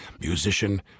musician